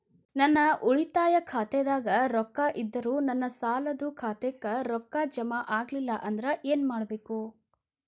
ನನ್ನ ಉಳಿತಾಯ ಖಾತಾದಾಗ ರೊಕ್ಕ ಇದ್ದರೂ ನನ್ನ ಸಾಲದು ಖಾತೆಕ್ಕ ರೊಕ್ಕ ಜಮ ಆಗ್ಲಿಲ್ಲ ಅಂದ್ರ ಏನು ಮಾಡಬೇಕು?